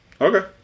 Okay